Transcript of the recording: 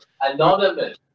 Anonymous